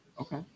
Okay